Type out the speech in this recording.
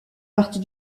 partie